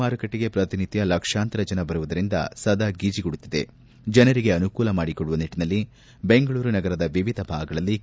ಮಾರುಕಟ್ಟಿಗೆ ಪ್ರತಿನಿತ್ಯ ಲಕ್ಷಾಂತರ ಜನ ಬರುವುದರಿಂದ ಸದಾ ಗಿಜುಗುಡುತ್ತಿದೆ ಜನರಿಗೆ ಅನುಕೂಲ ಮಾಡಿಕೊಡುವ ನಿಟ್ಟಿನಲ್ಲಿ ಬೆಂಗಳೂರು ನಗರದ ವಿವಿಧ ಭಾಗಗಳಲ್ಲಿ ಕೆ